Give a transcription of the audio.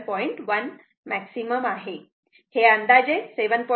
1 maximum आहे हे अंदाजे 7